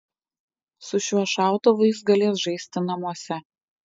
su šiuo šautuvu jis galės žaisti namuose